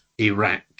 Iraq